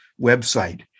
website